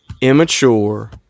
immature